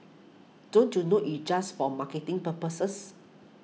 don't you know it's just for marketing purposes